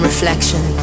Reflection